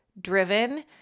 driven